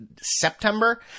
September